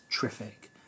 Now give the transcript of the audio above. terrific